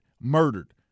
murdered